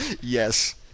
Yes